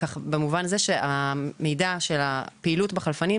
במובן הזה שהמידע של הפעילות בחלפנים,